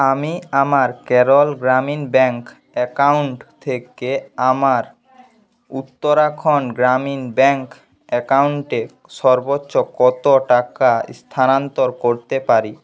আমি আমার Kerala Gramin bank account থেকে আমার উত্তরাখণ্ড গ্রামীণ ব্যাঙ্ক অ্যাকাউন্টে সর্বোচ্চ কত টাকা স্থানান্তর করতে পারি